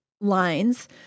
lines